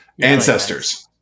Ancestors